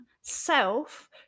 self